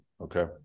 Okay